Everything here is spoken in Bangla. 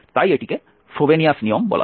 তাই এটিকে ফ্রোবেনিয়াস নিয়ম বলা হয়